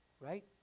Right